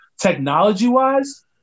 technology-wise